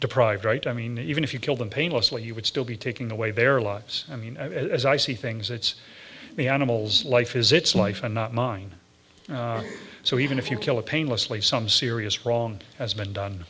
deprived right i mean even if you kill them painlessly you would still be taking away their lives i mean as i see things it's the animal's life is its life and not mine so even if you kill it painlessly some serious wrong has been done